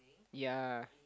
yea